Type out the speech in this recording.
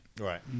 right